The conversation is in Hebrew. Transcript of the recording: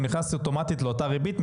הוא נכנס אוטומטית לאותה ריבית,